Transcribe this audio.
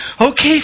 Okay